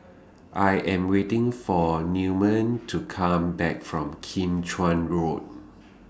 I Am waiting For Newman to Come Back from Kim Chuan Road